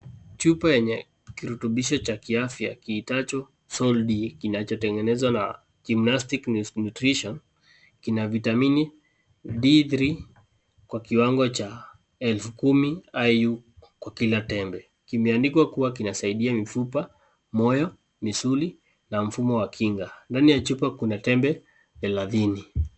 Chupa yenye kirutubishi cha kiafya kiitacho Soldi kinachotengenezwa na Gymnastic nutrition. Kina vitamini D3 kwa kiwango cha elfu kumi Iu kwa kila tembe. Kimeandikwa kuwa kinasaidia mifupa, moyo, misuli mfumo wa kinga. Ndani ya chupa kuna tembe thelathini.